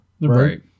Right